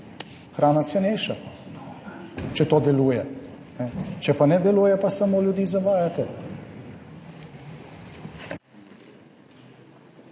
hrana cenejša, če to deluje. Če ne deluje, pa samo ljudi zavajate.